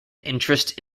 interest